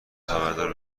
خبردار